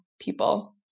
people